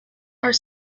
are